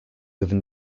within